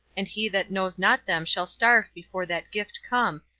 and he that knows not them shall starve before that gift come,